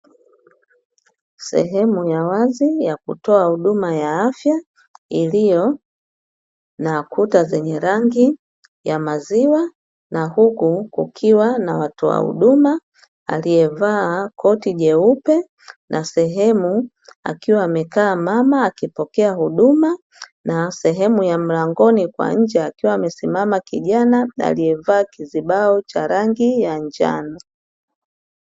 Sehemu ya wazi ya kutoa huduma ya afya, iliyo na kuta zenye rangi ya maziwa na huku kukiwa na mtoa huduma aliyevaa koti jeupe na sehemu akiwa amekaa mama akipokea huduma, na sehemu ya mlangoni kwa nje akiwa amesimama kijana aliyevaa kizibao cha rangi ya njano.